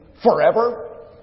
Forever